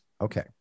Okay